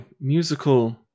musical